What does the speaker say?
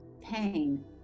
pain